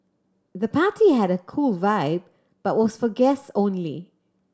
the party had a cool vibe but was for guest only